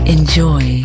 Enjoy